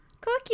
Cookie